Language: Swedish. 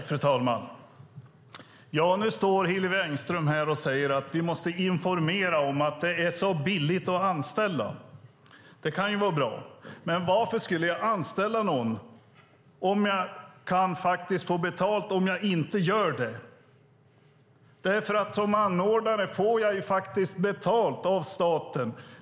Fru talman! Hillevi Engström säger att vi måste informera om att det är billigt att anställa. Det kan väl vara bra. Men varför ska man anställa någon om man kan få betalt för att inte göra det? Som anordnare får man nämligen betalt av staten.